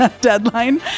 deadline